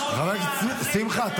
חבר הכנסת שמחה.